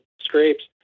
scrapes